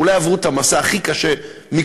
אולי עברו את המסע הכי קשה מכולנו